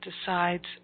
decides